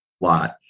lot